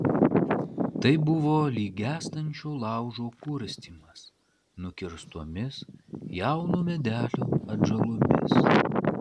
tai buvo lyg gęstančio laužo kurstymas nukirstomis jauno medelio atžalomis